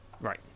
right